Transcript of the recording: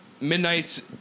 Midnight's